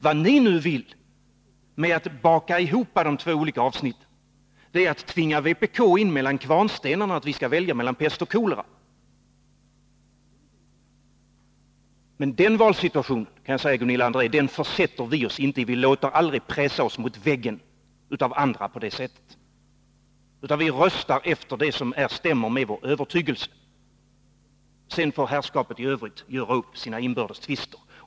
Vad ni nu vill med att baka ihop de två olika avsnitten är att tvinga vpk in mellan kvarnstenarna — att vi skall välja mellan pest och kolera. Men den valsituationen, kan jag säga till Gunilla André, försätter vi oss inte i. Vi låter aldrig pressa oss mot väggen av andra på det sättet, utan vi röstar på det som stämmer med vår övertygelse. Sedan får herrskapet i övrigt göra upp sina inbördes tvister.